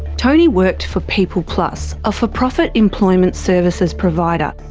tony worked for peopleplus, a for-profit employment services provider.